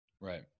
Right